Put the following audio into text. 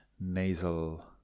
nasal